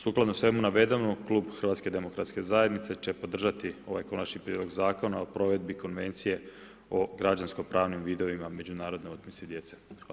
Sukladno svemu navedenom, klub HDZ-a će podržati ovaj konačni prijedlog zakona o provedbi Konvencije o građansko-pravnim vidovima međunarodne otmice djece.